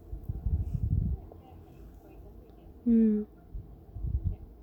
hmm